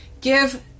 Give